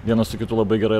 vienas su kitu labai gerai